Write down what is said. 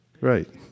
Right